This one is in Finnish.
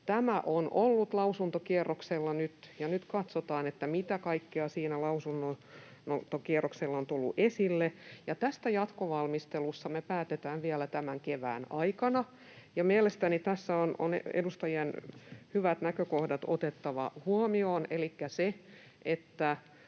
tämä on nyt ollut lausuntokierroksella, ja nyt katsotaan, mitä kaikkea siinä lausuntokierroksella on tullut esille. Tästä jatkovalmistelusta me päätetään vielä tämän kevään aikana, ja mielestäni tässä on edustajien hyvät näkökohdat otettava huomioon